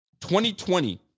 2020